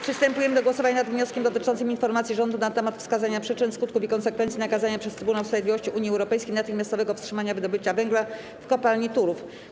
Przystępujemy do głosowania nad wnioskiem dotyczącym informacji rządu na temat wskazania przyczyn, skutków i konsekwencji nakazania przez Trybunał Sprawiedliwości Unii Europejskiej natychmiastowego wstrzymania wydobycia węgla w Kopalni Turów.